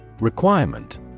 Requirement